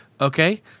Okay